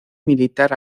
militar